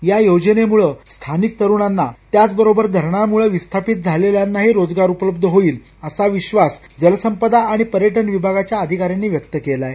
या योजनेमुळं स्थानिक तरुणांना त्याचबरोबर धरणामुळं विस्थापित झालेल्यानाही रोजगार उपलब्ध होईल असा विश्वास जलसंपदा आणि पर्यटन विभागाच्या अधिकाऱ्यांनी व्यक्त केलाय